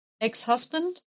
ex-husband